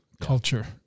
culture